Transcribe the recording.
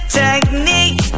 technique